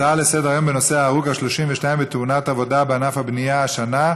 הצעה לסדר-היום בנושא: ההרוג ה-32 בתאונת עבודה בענף הבנייה השנה,